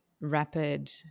rapid